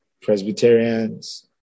Presbyterians